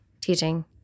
teaching